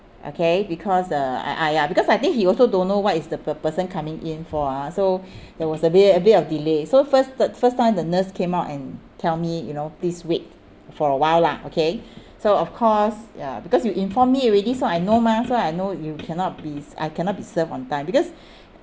okay because uh I I because I think he also don't know what is the per~ person coming in for ah so there was a bit a bit of delay so first the first time the nurse came out and tell me you know please wait for a while lah okay so of course ya because you inform me already so I know mah so I know you cannot be I cannot be served on time because